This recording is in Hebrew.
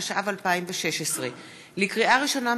התשע"ו 2016. לקריאה ראשונה,